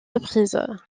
reprises